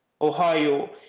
Ohio